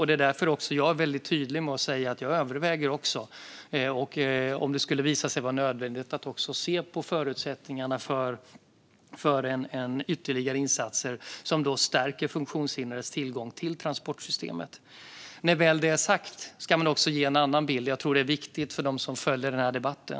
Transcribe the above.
Det är därför jag är tydlig med att säga att jag om det skulle visa sig vara nödvändigt överväger att se på förutsättningarna för ytterligare insatser som stärker funktionshindrades tillgång till transportsystemet. Med det sagt ska man också ge en annan bild. Jag tror att det är viktigt för dem som följer den här debatten.